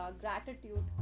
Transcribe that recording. gratitude